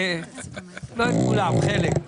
לא את כולן; חלק.